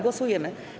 Głosujemy.